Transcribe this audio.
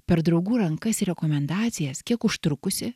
per draugų rankas ir rekomendacijas kiek užtrukusi